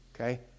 Okay